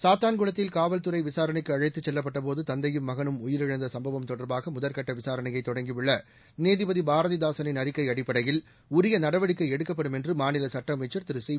சாத்தான்குளத்தில் காவல்துறை விசாரணைக்கு அழைத்துச் செல்லப்பட்டபோது தந்தையும் மகனும் உயிரிழந்த சும்பவம் தொடர்பாக முதல்கட்ட விசாரணையை தொடங்கியுள்ள நீதிபதி பாரதிதாசனின் அறிக்கை அடிப்படையில் உரிய நடவடிக்கை எடுக்கப்படும் என்று மாநில சட்ட அமைச்சர் திரு சிவி